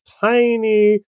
tiny